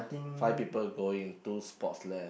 five people going two spots left